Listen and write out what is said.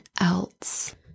else